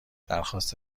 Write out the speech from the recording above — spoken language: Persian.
درخواست